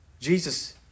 Jesus